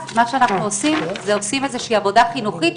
אז אנחנו עושים איזו עבודה חינוכית,